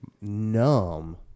numb